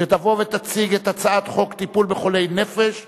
שתבוא ותציג את הצעת חוק טיפול בחולי נפש (תיקון,